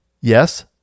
Yes